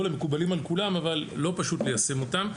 מקובלים על כולם אבל לא פשוט ליישם אותם,